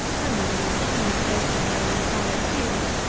no man will refuse place for her in a fallow field.